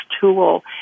tool